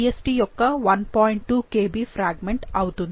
2 Kb fragment అవుతుంది